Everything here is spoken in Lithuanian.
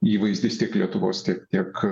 įvaizdis tiek lietuvos tiek tiek